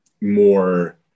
more